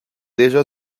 déjà